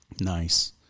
Nice